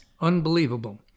Unbelievable